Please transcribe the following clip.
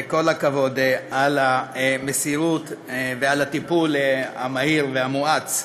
וכל הכבוד על המסירות ועל הטיפול המהיר והמואץ,